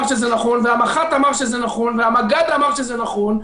שזה נכון והמח"ט אמר שזה נכון והמג"ד אמר שזה נכון,